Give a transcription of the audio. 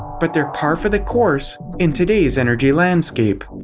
but they're par for the course in today's energy landscape.